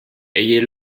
ayez